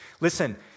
Listen